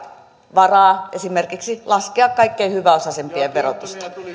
varaa esimerkiksi laskea kaikkein hyväosaisimpien verotusta